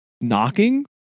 knocking